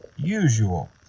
usual